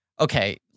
okay